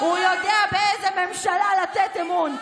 חכי, עוד לא ראית כלום.